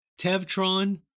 Tevtron